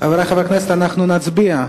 חברי חברי הכנסת, אנחנו נצביע.